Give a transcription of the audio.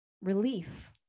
relief